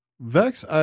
Vex